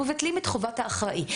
מבטלים את חובת האחראי,